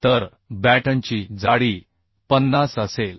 तर बॅटनची जाडी 50 असेल